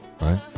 right